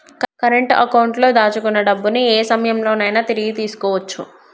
current అకౌంట్లో దాచుకున్న డబ్బుని యే సమయంలోనైనా తిరిగి తీసుకోవచ్చు